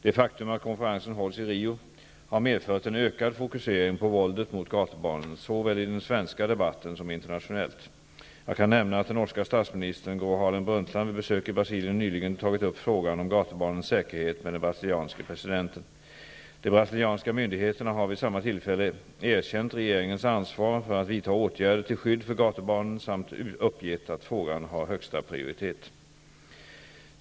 Det faktum att konferensen hålls i Rio har medfört en ökad fokusering på våldet mot gatubarnen, såväl i den svenska debatten som internationellt. Jag kan nämna att den norska statsministern, Gro Harlem Brundtland, vid besök i Brasilien nyligen tagit upp frågan om gatubarnens säkerhet med den brasilianske presidenten. De brasilianska myndigheterna har vid samma tillfälle erkänt regeringens ansvar för att vidta åtgärder till skydd för gatubarnen samt uppgett att frågan har högsta prioritet.